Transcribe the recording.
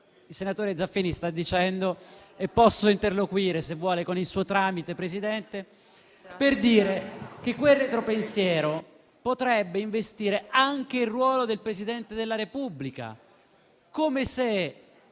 il senatore Zaffini sta dicendo e posso interloquire, se vuole, con il suo tramite, Presidente. Quel retropensiero potrebbe investire anche il ruolo del Presidente della Repubblica, come se